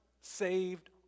saved